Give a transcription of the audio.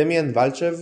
דמיאן ולצ'ב